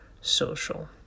social